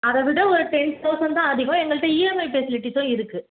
அதை விட ஒரு டென் தௌசண்ட் தான் அதிகம் எங்கள்கிட்ட இஎம்ஐ ஃபெசிலிட்டிஸும் இருக்கு